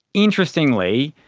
interestingly,